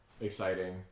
exciting